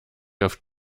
auf